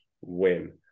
win